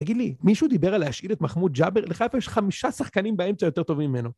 תגידי לי, מישהו דיבר על להשאיל את מחמוד ג'אבר? לך איפה יש חמישה שחקנים באמצע יותר טובים ממנו?